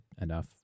enough